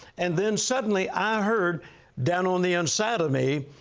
and then suddenly i heard down on the inside of me,